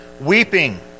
weeping